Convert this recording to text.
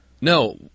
No